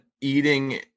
eating